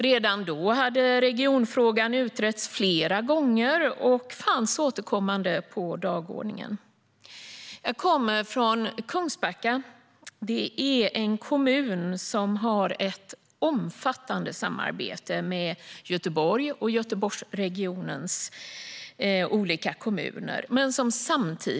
Regionfrågan hade redan då utretts flera gånger och fanns återkommande på dagordningen. Jag kommer från Kungsbacka. Det är en kommun som tillhör Halland men som har ett omfattande samarbete med Göteborg och Göteborgsregionens olika kommuner.